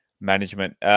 management